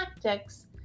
tactics